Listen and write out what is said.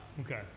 Okay